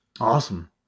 Awesome